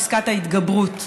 פסקת ההתגברות.